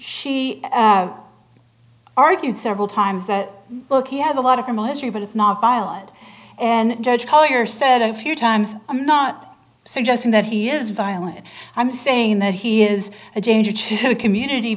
she argued several times that bookie has a lot of chemistry but it's not violent and judge collier said a few times i'm not suggesting that he is violent i'm saying that he is a danger to the community